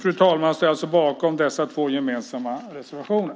Med detta står jag bakom våra två gemensamma reservationer.